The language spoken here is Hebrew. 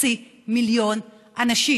בחצי מיליון אנשים.